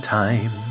time